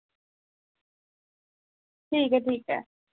ठीक ऐ ठीक ऐ